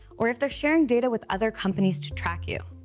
or if they're sharing data with other companies to track you,